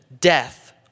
death